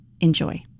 Enjoy